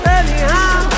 anyhow